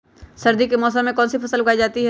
सर्दी के मौसम में कौन सी फसल उगाई जाती है?